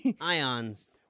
ions